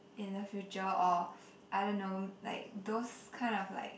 in the future or I don't know like those kind of like